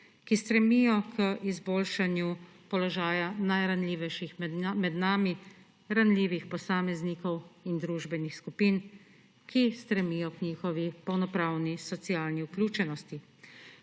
ki stremijo k izboljšanju položaja najranljivejših med nami, ranljivih posameznikov in družbenih skupin, ki stremijo k njihovi polnopravni socialni vključenosti.